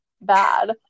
bad